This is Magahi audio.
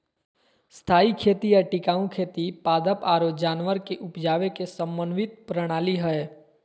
स्थायी खेती या टिकाऊ खेती पादप आरो जानवर के उपजावे के समन्वित प्रणाली हय